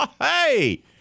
Hey